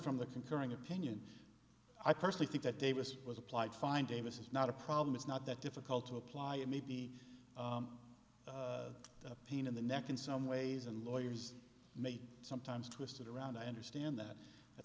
concurring opinion i personally think that davis was applied fine davis is not a problem it's not that difficult to apply it may be a pain in the neck in some ways and lawyers may sometimes twist it around i understand that that